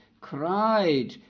cried